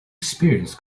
experienced